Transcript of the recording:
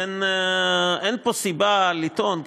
לכן אין פה סיבה לטעון,